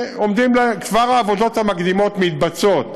העבודות המקדימות כבר מתבצעות